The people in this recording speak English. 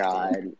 God